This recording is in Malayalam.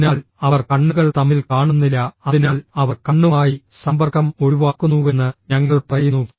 അതിനാൽ അവർ കണ്ണുകൾ തമ്മിൽ കാണുന്നില്ല അതിനാൽ അവർ കണ്ണുമായി സമ്പർക്കം ഒഴിവാക്കുന്നുവെന്ന് ഞങ്ങൾ പറയുന്നു